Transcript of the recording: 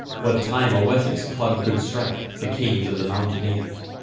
what time a wessex club could strike the kings of the mountaineers.